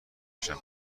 بشم